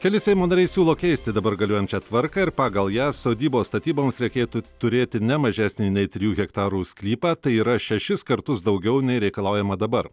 keli seimo nariai siūlo keisti dabar galiojančią tvarką ir pagal ją sodybos statyboms reikėtų turėti ne mažesnį nei trijų hektarų sklypą tai yra šešis kartus daugiau nei reikalaujama dabar